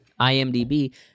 IMDb